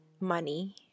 money